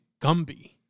gumby